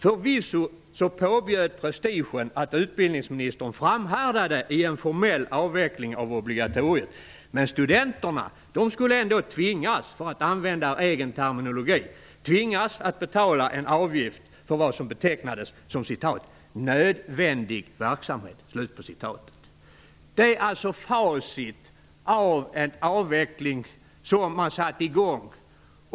Förvisso påbjöd prestigen att utbildningsministern framhärdade i en formell avveckling av obligatoriet, men studenterna skulle ändå tvingas, för att använda hans egen terminologi, att betala en avgift för vad som betecknades som "nödvändig verksamhet". Detta är alltså facit av en avveckling som man satte i gång.